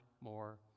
more